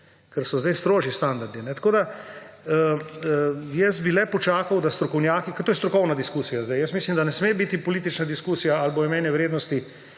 ker so zdaj strožji standardi. Tako bi jaz le počakal, da strokovnjaki, ker to je strokovna diskusija zdaj. Mislim, da ne sme biti politična diskusija, ali bodo mejne vrednosti